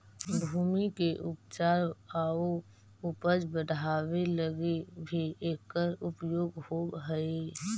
भूमि के उपचार आउ उपज बढ़ावे लगी भी एकर उपयोग होवऽ हई